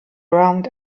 round